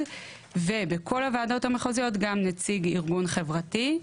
ובכל הוועדות המחוזיות גם נציג ארגון חברתי,